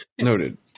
Noted